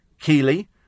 Keely